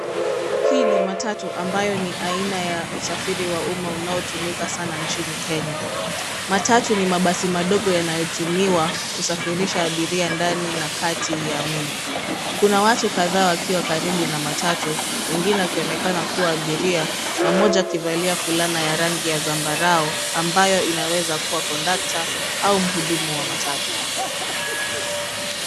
Hii ni matatu ambayo ni aina ya usafiri wa umma, unaotumika sana nchini Kenya. Matatu ni mabasi madogo yanayotumiwa kusafirisha abiria, ndani na kati ya mji. Kuna watu kadhaa wakiwa karibu na matatu, wengine wakionekana kuwa abiria na mmoja amevalia fulana ya rangi ya zambarau, ambaye anaweza kuwa conductor au muhudumu wa matatu.